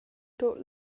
tut